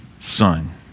son